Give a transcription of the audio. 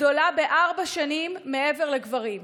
גדולה בארבע שנים מעבר לגברים.